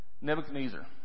Nebuchadnezzar